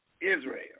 Israel